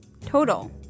Total